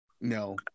No